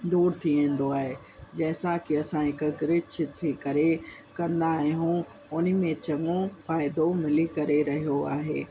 दूर थी वेंदो आहे जंहिंसा की असां हिक क्रिच थी करे कंदा आहियूं उनमें चङो फ़इदो मिली करे रहियो आहे